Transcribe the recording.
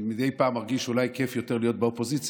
מדי פעם אני מרגיש שאולי כיף יותר להיות באופוזיציה,